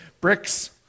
Bricks